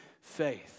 faith